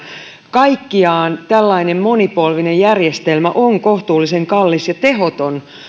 kaikkiaan tällainen monipolvinen järjestelmä on kohtuullisen kallis ja tehoton